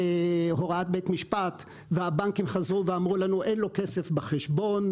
בהוראת בית משפט והבנקים חזרו ואמרו לנו שאין לו כסף בחשבון.